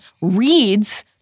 reads